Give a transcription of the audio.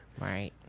Right